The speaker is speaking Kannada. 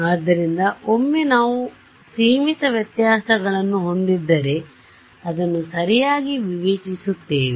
ಆದ್ದರಿಂದ ಒಮ್ಮೆ ನಾವು ಸೀಮಿತ ವ್ಯತ್ಯಾಸಗಳನ್ನು ಹೊಂದಿದ್ದರೆ ಅದನ್ನು ಸರಿಯಾಗಿ ವಿವೇಚಿಸುತ್ತೇವೆ